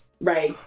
right